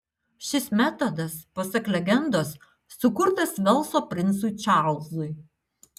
šis metodas pasak legendos sukurtas velso princui čarlzui